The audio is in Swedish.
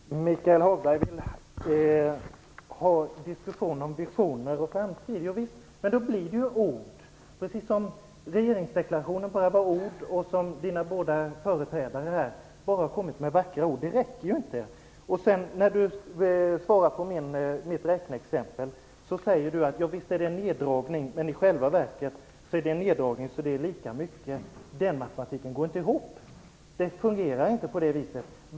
Herr talman! Michael Hagberg vill ha en diskussion om visioner och framtid. Ja visst, men då blir det ju ord, precis som regeringsdeklarationen bara var ord och precis som hans båda företrädare i talarstolen bara har kommit med vackra ord. Det räcker ju inte! När Michael Hagberg kommenterar mitt räkneexempel säger han att det sker en neddragning, men att det i själva verket går lika mycket till detta område som förra budgetåret. Den matematiken går inte ihop. Det fungerar inte på det viset.